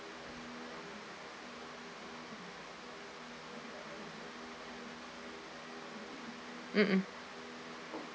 mm mm